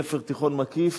בבית-ספר תיכון מקיף,